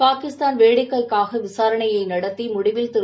பாகிஸ்தான் வேடிக்கைக்காக விசாரணையை நடத்தி முடிவில் திரு